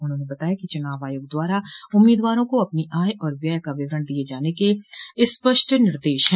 उन्होंने बताया कि चुनाव आयोग द्वारा उम्मीदवारों को अपनी आय और व्यय का विवरण दिये जाने के स्पष्ट दिशा निर्देश हैं